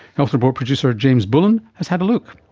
health report producer james bullen has had a look.